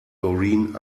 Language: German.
doreen